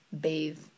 bathe